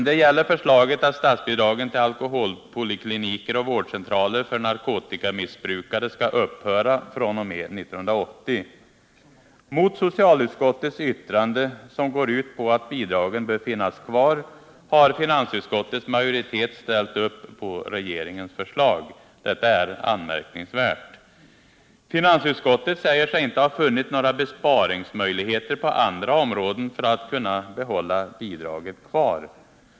Det gäller förslaget att statsbidragen till alkoholpolikliniker och vårdcentraler för narkotikamissbrukare skall upphöra fr.o.m. 1980. Mot socialutskottets yttrande, som går ut på att bidragen bör finnas kvar, har finansutskottets majoritet ställt upp på regeringens förslag. Detta är anmärkningsvärt. Finansutskottet säger sig inte ha funnit några besparingsmöjligheter på andra områden för att kunna ha bidraget kvar.